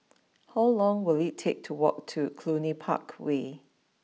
how long will it take to walk to Cluny Park way